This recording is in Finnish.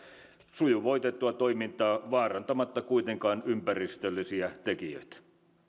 sujuvoitettua toimintaa vaarantamatta kuitenkaan ympäristöllisiä tekijöitä